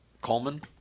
Coleman